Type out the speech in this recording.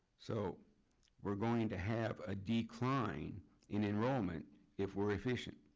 so we're going to have a decline in enrollment if we're efficient.